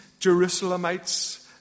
Jerusalemites